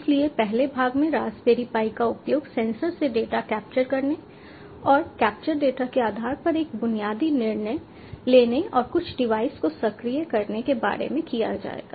इसलिए पहले भाग में रास्पबेरी पाई का उपयोग सेंसर से डेटा कैप्चर करने और कैप्चर डेटा के आधार पर एक बुनियादी निर्णय लेने और कुछ डिवाइस को सक्रिय करने के बारे में किया जाएगा